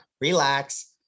relax